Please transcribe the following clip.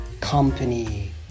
Company